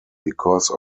because